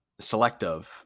selective